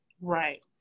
Right